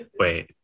Wait